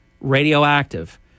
radioactive